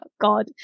God